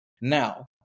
Now